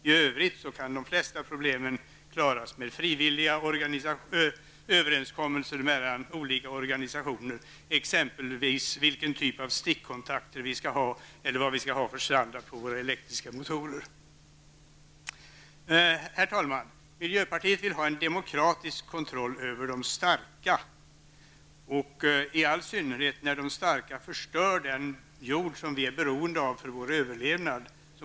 I övrigt kan de flesta problemen klaras genom frivilliga överenskommelser mellan olika organisationer. Det gäller t.ex. vilken typ av stickkontakter vi skall ha eller vad vi skall ha för standard på våra elektriska motorer. Herr talman! Miljöpartiet vill ha en demokratisk kontroll över de starka, i all synnerhet när de förstör den jord som vi är beroende av för vår överlevnad.